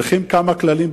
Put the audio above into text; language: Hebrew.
צריך כמה כללים פשוטים,